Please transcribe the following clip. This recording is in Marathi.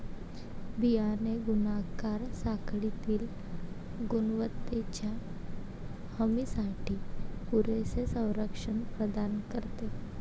बियाणे गुणाकार साखळीतील गुणवत्तेच्या हमीसाठी पुरेसे संरक्षण प्रदान करते